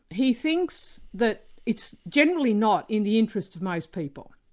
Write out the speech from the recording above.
he thinks that it's generally not in the interests of most people.